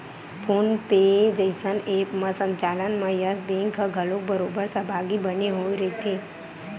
phone पे जइसन app के संचालन म यस बेंक ह घलोक बरोबर सहभागी बने होय रहिथे